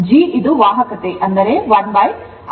G ವಾಹಕತೆ 1Rp ಆಗಿದೆ